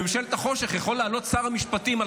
בממשלת החושך יכול לעלות שר המשפטים על